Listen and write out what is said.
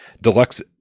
Deluxe